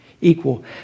equal